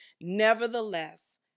nevertheless